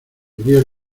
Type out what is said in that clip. diría